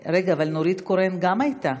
רגע, אבל נורית קורן גם הייתה.